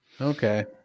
Okay